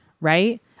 right